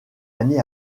année